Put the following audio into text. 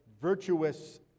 virtuous